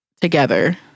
together